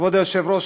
כבוד היושב-ראש,